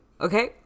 okay